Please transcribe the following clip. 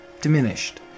diminished